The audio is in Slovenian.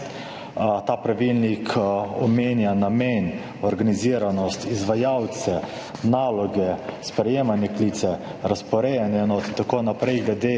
Ta pravilnik omenja namen, organiziranost, izvajalce, naloge, sprejemanje klicev, razporejanje enot in tako naprej glede